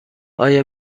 آیا